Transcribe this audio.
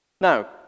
Now